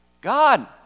God